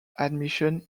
admission